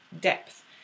depth